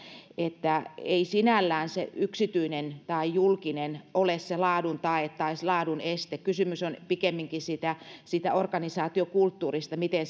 että ei sinällään se yksityinen tai julkinen ole laadun tae tai laadun este kysymys on pikemminkin organisaatiokulttuurista miten